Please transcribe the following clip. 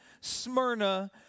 Smyrna